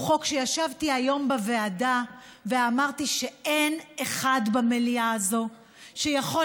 הוא חוק שישבתי היום בוועדה ואמרתי שאין אחד במליאה הזאת שיכול